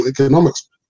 economics